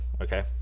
Okay